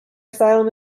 asylum